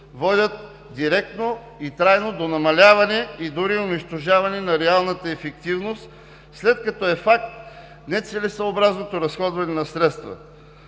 водят директно и трайно до намаляване и дори унищожаване на реалната ефективност, след като е факт нецелесъобразното разходване на средства.